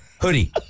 hoodie